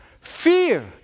fear